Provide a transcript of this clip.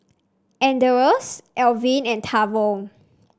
Anders Alvin and Tavon